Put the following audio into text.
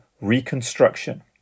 reconstruction